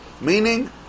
Meaning